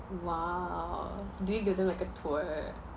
!wow! did you give them like a tour